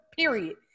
Period